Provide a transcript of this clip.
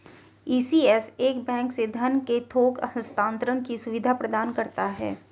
ECS एक bank से धन के थोक हस्तांतरण की सुविधा प्रदान करता है